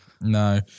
no